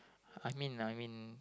I mean I mean